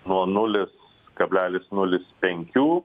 nuo nulis kablelis nulis penkių